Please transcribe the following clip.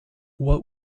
what